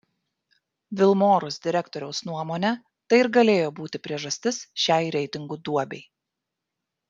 vilmorus direktoriaus nuomone tai ir galėjo būti priežastis šiai reitingų duobei